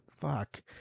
Fuck